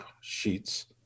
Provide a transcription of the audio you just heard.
sheets